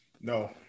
No